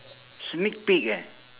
sneak peek eh